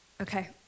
Okay